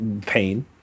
pain